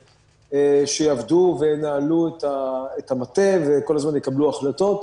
שיעבדו וינהלו את המטה וכל הזמן יקבלו החלטות.